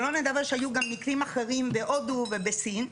שלא נדבר שהיו גם מקרים אחרים בהודו ובסין,